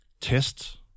test